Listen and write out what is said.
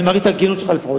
אני מעריך את הכנות שלך לפחות.